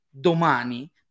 domani